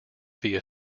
via